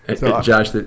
Josh